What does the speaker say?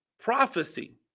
prophecy